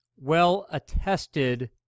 well-attested